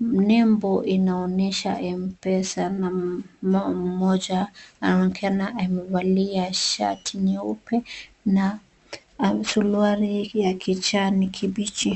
Nembo inaonyesha mpesa na mmoja anaonekana amevalia shati nyeupe na suruali ya kijani kibichi.